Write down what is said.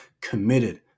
committed